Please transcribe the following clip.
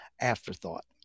afterthought